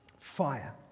Fire